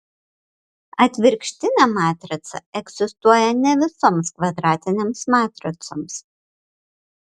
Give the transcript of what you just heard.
atvirkštinė matrica egzistuoja ne visoms kvadratinėms matricoms